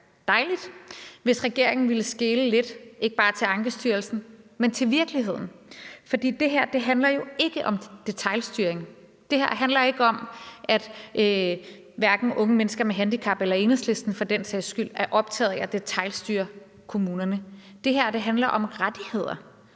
dejligt, hvis regeringen ville skele lidt til ikke bare Ankestyrelsen, men til virkeligheden. For det handler ikke om detailstyring; det her handler ikke om, at hverken unge mennesker med handicap eller Enhedslisten for den sags skyld er optaget af at detailstyre kommunerne. Det handler om rettigheder,